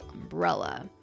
umbrella